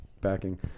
backing